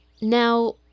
Now